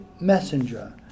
messenger